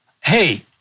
hey